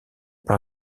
par